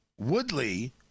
Woodley